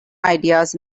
ideas